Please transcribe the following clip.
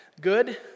good